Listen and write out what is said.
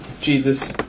Jesus